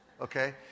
okay